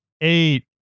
eight